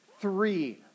three